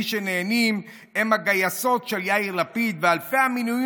מי שנהנים הם הגיסות של יאיר לפיד ואלפי המינויים